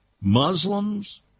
Muslims